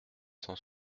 cent